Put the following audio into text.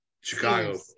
Chicago